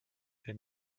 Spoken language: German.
der